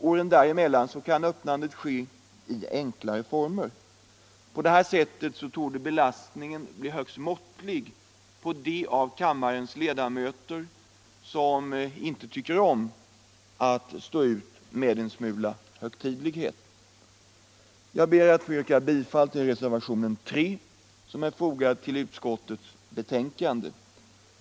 Åren däremellan kan öppnandet ske i enklare former. På detta sätt torde belastningen bli högst måttlig på de av kammarens ledamöter som tycker att det är svårt att stå ut med en smula högtidlighet. Jag ber att få yrka bifall till reservationen 3 i utskottets betänkande.